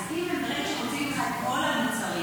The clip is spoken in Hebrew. אז ברגע שהם מוציאים ממך את כל המוצרים,